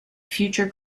future